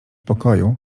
pokoju